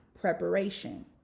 preparation